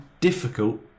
difficult